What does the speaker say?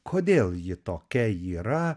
kodėl ji tokia yra